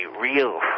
real